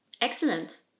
excellent